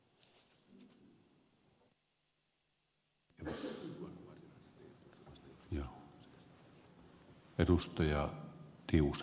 arvoisa puhemies